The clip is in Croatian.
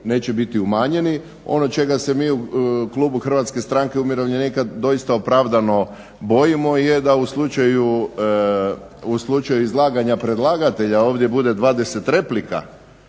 neće biti umanjeni. Ono čega se mi u klubu HSU-a doista opravdano bojimo, je da u slučaju izlaganja predlagatelja ovdje bude 20 replika.